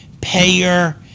payer